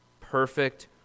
Perfect